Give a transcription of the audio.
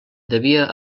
devia